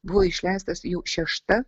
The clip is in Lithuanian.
buvo išleistas jau šešta